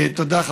תודה.